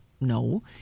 No